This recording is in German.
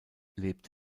lebt